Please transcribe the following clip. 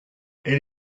elle